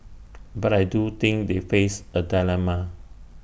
but I do think they face A dilemma